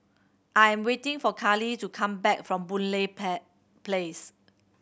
I'm waiting for Carley to come back from Boon Lay Place